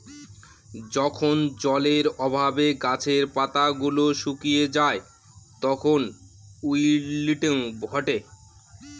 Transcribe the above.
যখন জলের অভাবে গাছের পাতা গুলো শুকিয়ে যায় তখন উইল্টিং ঘটে